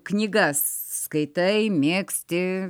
knygas skaitai mėgsti